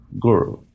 guru